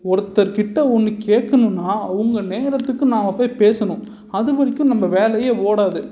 ஒருத்தர் கிட்ட ஒன்று கேட்கணும்னா அவங்க நேரத்துக்கு நாம போய் பேசணும் அது வரைக்கும் நம்ம வேலையே ஓடாது